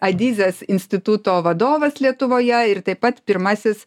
adizės instituto vadovas lietuvoje ir taip pat pirmasis